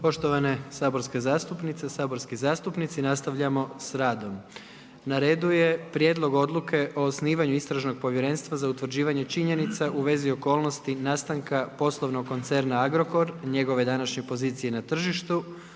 o njima raspraviti i glasovati. Pa evo najavljujem kao prvo: - Prijedlog odluke o osnivanju istražnog povjerenstva za utvrđivanje činjenica u vezi okolnosti nastanka poslovnog koncerna Agrokor, njegove današnje pozicije na tržištu,